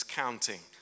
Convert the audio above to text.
counting